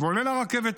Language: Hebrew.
ועולה לרכבת המהירה,